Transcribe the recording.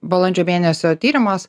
balandžio mėnesio tyrimas